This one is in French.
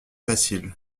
facile